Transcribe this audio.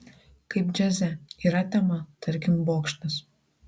kaip džiaze yra tema tarkim bokštas